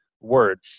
word